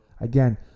Again